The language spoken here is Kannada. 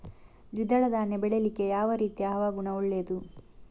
ದ್ವಿದಳ ಧಾನ್ಯ ಬೆಳೀಲಿಕ್ಕೆ ಯಾವ ರೀತಿಯ ಹವಾಗುಣ ಒಳ್ಳೆದು?